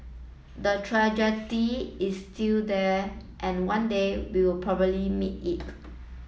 the trajectory is still there and one day we'll probably meet it